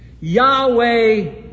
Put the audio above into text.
Yahweh